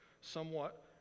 somewhat